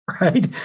right